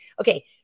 Okay